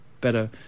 better